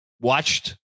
watched